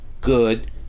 good